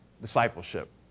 discipleship